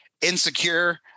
insecure